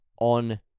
on